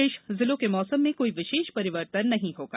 शेष जिलों के मौसम में कोई विशेष परिवर्तन नहीं होगा